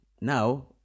now